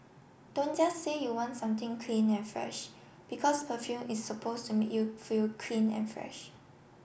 don't just say you want something clean and fresh because perfume is suppose to make you feel clean and fresh